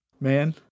man